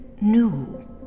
new